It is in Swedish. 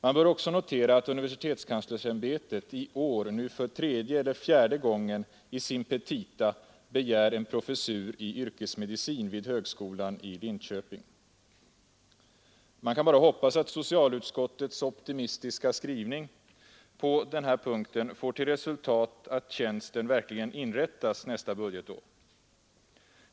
Det bör också noteras att universitetskanslersämbetet i år nu för tredje eller fjärde gången i sina petita begär en professur i yrkesmedicin vid högskolan i Linköping. Man kan bara hoppas att socialutskottets optimistiska skrivning på denna punkt får till resultat att tjänsten verkligen inrättas nästa budgetår.